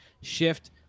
shift